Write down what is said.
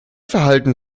verhalten